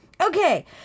Okay